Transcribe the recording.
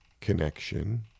connection